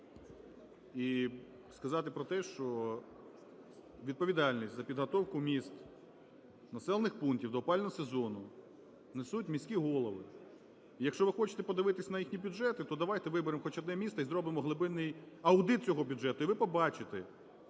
і сказати про те, що відповідальність за підготовку міст, населених пунктів до опалювального сезону несуть міські голови. Якщо ви хочете подивитися на їхні бюджети, то давайте виберемо хоч одне місто і зробимо глибинний аудит цього бюджету, і ви побачите,